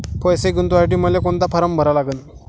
पैसे गुंतवासाठी मले कोंता फारम भरा लागन?